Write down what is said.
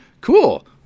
Cool